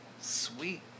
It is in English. sweet